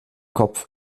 kopf